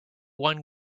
one